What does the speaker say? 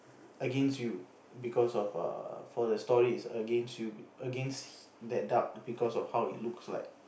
against you because of err for the story it's against you against that duck because of how it looks like